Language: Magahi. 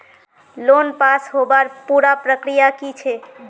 लोन पास होबार पुरा प्रक्रिया की छे?